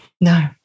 No